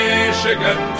Michigan